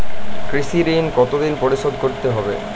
কৃষি ঋণ কতোদিনে পরিশোধ করতে হবে?